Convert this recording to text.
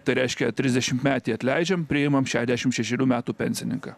tai reiškia trisdešimtmetį atleidžiam priimam šešiasdešimt šešerių metų pensininką